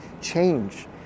change